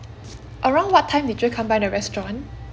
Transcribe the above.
around what time did you come by the restaurant